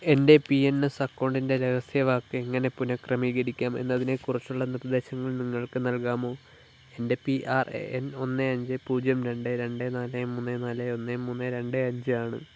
എൻ്റെ P N S അക്കൗണ്ടിൻ്റെ രഹസ്യവാക്ക് എങ്ങനെ പുനഃക്രമീകരിക്കാം എന്നതിനെക്കുറിച്ചുള്ള നിർദ്ദേശങ്ങൾ നിങ്ങൾക്ക് നൽകാമോ എൻ്റെ പി ആർ എ എൻ ഒന്ന് അഞ്ച് പൂജ്യം രണ്ട് രണ്ട് നാല് മൂന്ന് നാല് ഒന്ന് മൂന്ന് രണ്ട് അഞ്ചാണ്